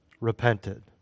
repented